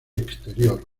exterior